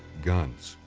guns,